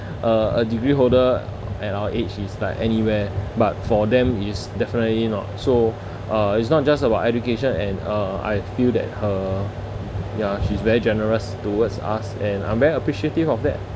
a a degree holder at our age is like anywhere but for them it's definitely not so uh it's not just about education and uh I feel that her ya she's very generous towards us and I'm very appreciative of that